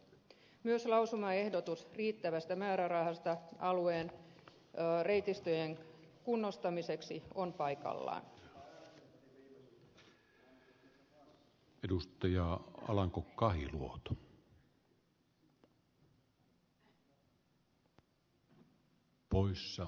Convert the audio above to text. myös lausumaehdotus riittävästä määrärahasta alueen reitistöjen kunnostamiseksi on paikallaan